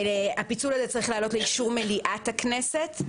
הפיצול הזה צריך לעלות לאישור מליאת הכנסת,